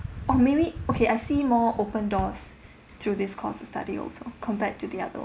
or maybe ok I see more open doors through this course of study also compared to the other